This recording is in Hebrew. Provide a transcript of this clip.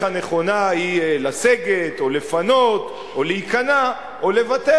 הנכונה היא לסגת או לפנות או להיכנע או לוותר,